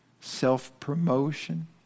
self-promotion